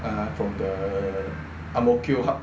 (uh huh) from the ang mo kio hub